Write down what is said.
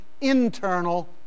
internal